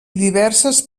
diverses